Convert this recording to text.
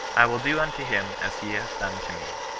i will do unto him as he hath done to me.